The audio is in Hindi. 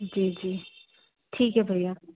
जी जी ठीक है भैया